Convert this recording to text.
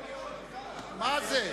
זה?